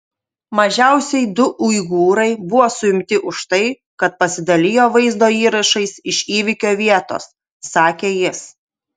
mažiausiai du uigūrai buvo suimti už tai kad pasidalijo vaizdo įrašais iš įvykio vietos sakė jis